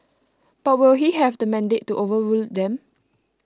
but will he have the mandate to overrule them